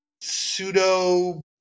pseudo